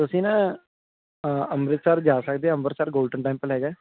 ਤੁਸੀਂ ਨਾ ਅੰਮ੍ਰਿਤਸਰ ਜਾ ਸਕਦੇ ਆ ਅੰਮ੍ਰਿਤਸਰ ਗੋਲਡਨ ਟੈਂਪਲ ਹੈਗਾ